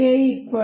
k 123